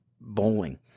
bowling